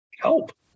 help